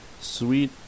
Sweet